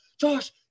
Josh